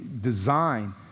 design